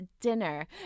dinner